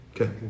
Okay